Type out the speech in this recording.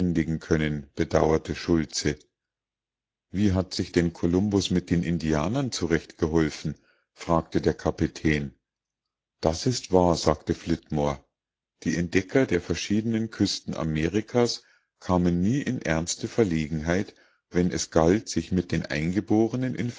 können bedauerte schultze wie hat sich denn kolumbus mit den indianern zurechtgeholfen fragte der kapitän das ist wahr sagte flitmore die entdecker der verschiedenen küsten amerikas kamen nie in ernste verlegenheit wenn es galt sich mit den eingeborenen